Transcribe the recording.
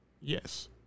Yes